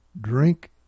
drink